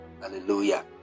Hallelujah